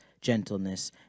gentleness